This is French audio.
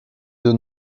deux